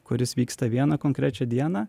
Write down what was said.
kuris vyksta vieną konkrečią dieną